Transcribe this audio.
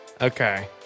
Okay